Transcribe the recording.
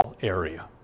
area